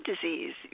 disease